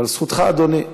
אבל זכותך, אדוני.